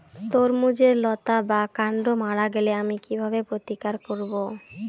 তরমুজের লতা বা কান্ড মারা গেলে আমি কীভাবে প্রতিকার করব?